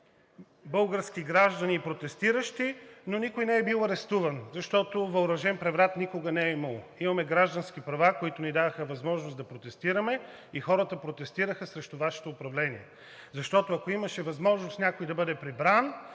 български граждани и протестиращи, но никой не е бил арестуван, защото въоръжен преврат никога не е имало. Имаме граждански права, които ни даваха възможност да протестираме, и хората протестираха срещу Вашето управление. Защото, ако имаше възможност някой да бъде прибран,